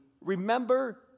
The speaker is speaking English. remember